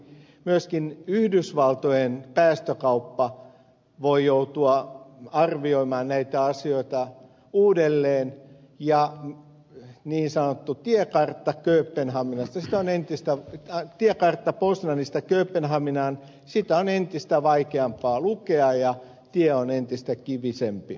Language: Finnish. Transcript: myöskin yhdysvaltojen päästökauppa voi joutua arvioimaan näitä asioita uudelleen ja niin sanottu tiekartta kööpenhaminasta se on entistä vähän tietää sanottua tiekarttaa poznanista kööpenhaminaan on entistä vaikeampaa lukea ja tie on entistä kivisempi